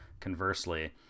conversely